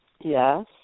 Yes